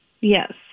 Yes